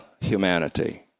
humanity